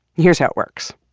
here's how it works.